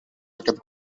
aquest